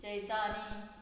Chaitali